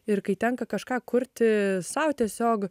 ir kai tenka kažką kurti sau tiesiog